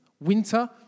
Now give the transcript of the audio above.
winter